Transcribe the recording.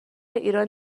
ایران